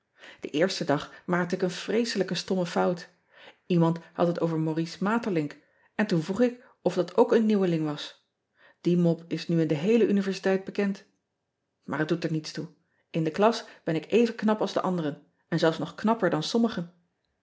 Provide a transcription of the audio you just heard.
en eersten dag maakte ik een vreeselijke stomme fout emand had het over aurice aeterlinck en toen vroeg ik of dat ook een nieuweling was ie mop is nu in de heele universiteit bekend aar het doet er niets toe in de klas ben ik even knap als de anderen en zelfs nog knapper dan sommigen